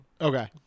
Okay